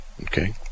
okay